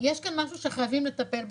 יש כאן משהו שחייבים לטפל בו.